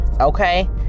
Okay